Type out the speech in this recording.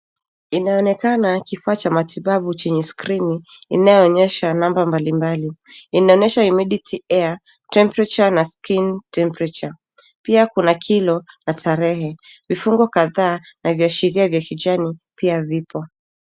Inaonekana kifaa cha matibabu chenye skrini inayoonyesha namba mbalimbali. Inaonyesha humidity air , temperature na skin temperature . Pia kuna kilo na tarehe. Vifungo kadhaa na viashiria vya kijani pia vipo.